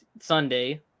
Sunday